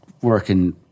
working